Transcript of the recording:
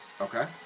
Okay